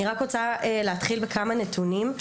אני רק רוצה להתחיל בכמה נתונים.